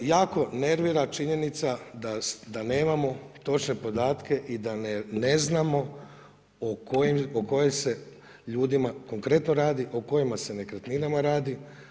Primjer jako nervira činjenica da nemamo točne podatke i da ne znamo o kojim se ljudima konkretno radi, o kojima se nekretninama radi.